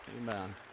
amen